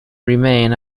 remain